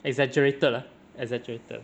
exaggerated lah exaggerated